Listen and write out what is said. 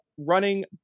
running